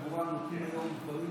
במשרד התחבורה נותנים היום רישיון